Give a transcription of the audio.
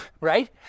right